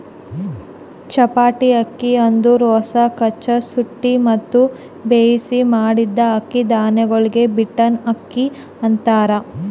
ಚಪ್ಪಟೆ ಅಕ್ಕಿ ಅಂದುರ್ ಹೊಸ, ಕಚ್ಚಾ, ಸುಟ್ಟಿ ಮತ್ತ ಬೇಯಿಸಿ ಮಾಡಿದ್ದ ಅಕ್ಕಿ ಧಾನ್ಯಗೊಳಿಗ್ ಬೀಟನ್ ಅಕ್ಕಿ ಅಂತಾರ್